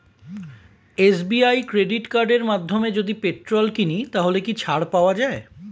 SBI credit কার্ডের মাধ্যমে যদি পেট্রোল কিনি তাহলে কি ছাড় পাওয়া যায়?